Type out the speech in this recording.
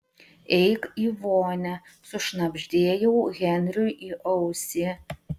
eik į vonią sušnabždėjau henriui į ausį